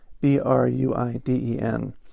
B-R-U-I-D-E-N